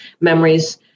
memories